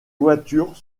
voitures